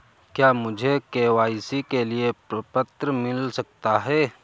क्या मुझे के.वाई.सी के लिए प्रपत्र मिल सकता है?